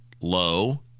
low